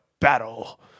battle